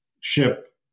ship